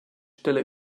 stelle